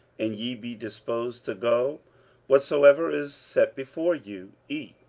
and ye be disposed to go whatsoever is set before you, eat,